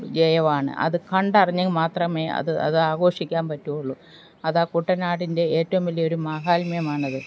ജയമാണ് അത് കണ്ടറിഞ്ഞ് മാത്രമേ അത് അതാഘോഷിക്കാൻ പറ്റുവുള്ളു അതാണ് കുട്ടനാടിന്റെ ഏറ്റവും വലിയൊരു മാഹാത്മ്യമാണത്